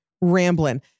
rambling